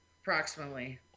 Approximately